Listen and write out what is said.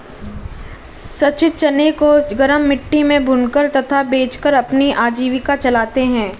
सचिन चने को गरम मिट्टी में भूनकर तथा बेचकर अपनी आजीविका चलाते हैं